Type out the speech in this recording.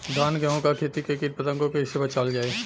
धान गेहूँक खेती के कीट पतंगों से कइसे बचावल जाए?